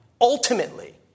ultimately